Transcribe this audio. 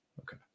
Okay